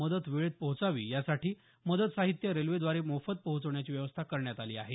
मदत वेळेत पोहोचावी यासाठी मदत साहित्य रेल्वेद्वारे मोफत पोहोचवण्याची व्यवस्था करण्यात आली आहे